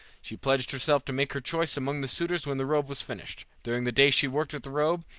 she pledged herself to make her choice among the suitors when the robe was finished. during the day she worked at the robe,